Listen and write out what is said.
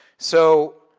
so,